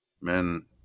men